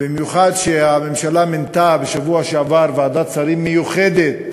במיוחד כשהממשלה מינתה בשבוע שעבר ועדת שרים מיוחדת